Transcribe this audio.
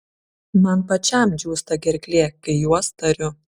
man pačiam džiūsta gerklė kai juos tariu